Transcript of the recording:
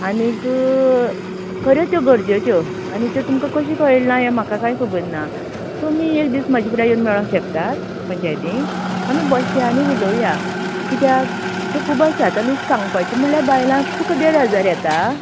आनीक खऱ्यो त्यो गरजेच्यो आनी त्यो तुमका कशें कळ्ळें ना हें म्हाका काय खबर ना तुमी एक दीस म्हाज्या फुड्यान येवन मेळोवंक शकतात पंचायतीन आमी बशया आनी उलोवया कित्याक तें खूब आसात आनी सांगपाचें म्हळ्यार बायलांक तुका देड हजार येता